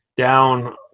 Down